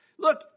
Look